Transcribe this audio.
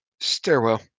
Stairwell